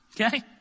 Okay